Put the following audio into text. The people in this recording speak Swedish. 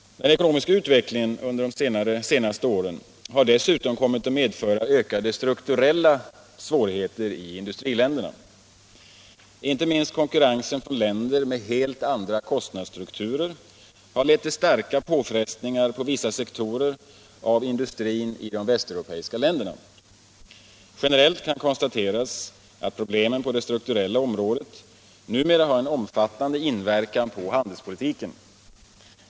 Den ekonomiska utvecklingen under de senaste åren har dessutom kommit att medföra ökade strukturella svårigheter i industriländerna. Inte minst konkurrensen från länder med helt andra kostnadsstrukturer har lett till starka påfrestningar på vissa sektorer av industrin i de västeuropeiska länderna. Generellt kan konstateras att problemen på det strukturella området numera har en omfattande inverkan på handelspolitiken.